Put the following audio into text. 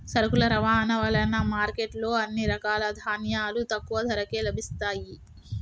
సరుకుల రవాణా వలన మార్కెట్ లో అన్ని రకాల ధాన్యాలు తక్కువ ధరకే లభిస్తయ్యి